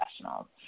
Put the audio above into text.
professionals